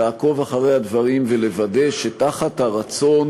לעקוב אחרי הדברים ולוודא שתחת הרצון